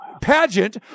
pageant